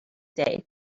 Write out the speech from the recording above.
day